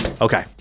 Okay